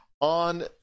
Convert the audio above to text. on